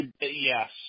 Yes